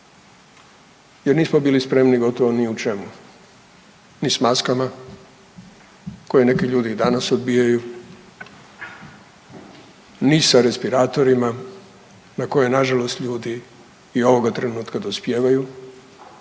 jer nismo bili spremni gotovo ni u čemu, ni s maskama koje neki ljudi i danas odbijaju, ni sa respiratorima na koje nažalost ljudi i ovoga trenutka dospijevaju